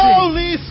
Holy